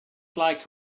like